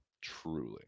Truly